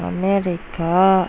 America